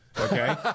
Okay